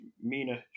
Mina